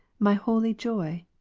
my holy joy?